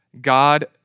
God